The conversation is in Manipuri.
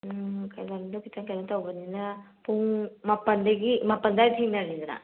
ꯎꯝ ꯈꯤꯇꯪ ꯀꯩꯅꯣ ꯇꯧꯕꯅꯤꯅ ꯄꯨꯡ ꯃꯥꯄꯜꯗꯒꯤ ꯃꯥꯄꯜ ꯑꯗꯥꯏꯗ ꯊꯦꯡꯅꯁꯤꯗꯅ